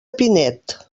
pinet